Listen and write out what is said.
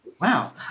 Wow